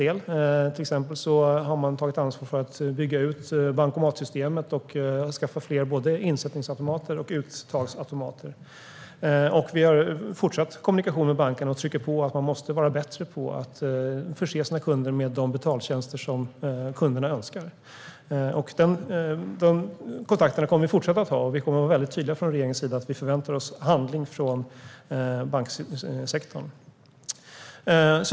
De har till exempel tagit ansvar för att bygga ut bankomatsystemet och skaffa fler av både insättningsautomater och uttagsautomater. Vi har fortsatt kommunikation med bankerna, och vi trycker på att de måste vara bättre på att förse sina kunder med de betaltjänster som kunderna önskar. Dessa kontakter kommer vi att fortsätta att ha, och vi kommer att vara tydliga från regeringen med att vi förväntar oss handling från banksektorn.